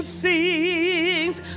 sings